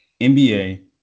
NBA